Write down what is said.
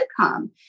come